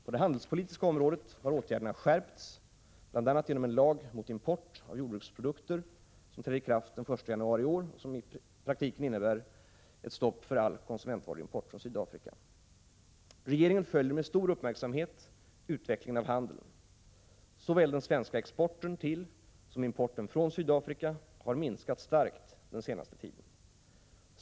På det handelspolitiska området har åtgärderna skärpts genom bl.a. en lag mot import av jordbruksprodukter, som trädde i kraft den 1 januari i år och som i praktiken innebär ett stopp för all konsumentvaruimport från Sydafrika. Regeringen följer med stor uppmärksamhet utvecklingen av handeln. Såväl den svenska exporten till som importen från Sydafrika har minskat starkt den senaste tiden.